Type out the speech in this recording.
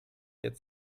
jetzt